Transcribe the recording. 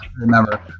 Remember